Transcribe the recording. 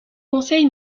conseil